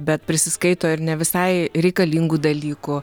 bet prisiskaito ir ne visai reikalingų dalykų